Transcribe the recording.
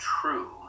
true